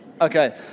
Okay